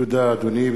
תודה, אדוני.